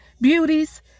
Beauties